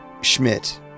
Schmidt